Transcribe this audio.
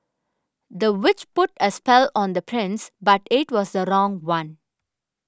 the witch put a spell on the prince but it was the wrong one